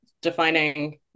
defining